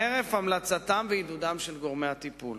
חרף המלצתם ועידודם של גורמי הטיפול.